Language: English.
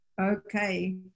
Okay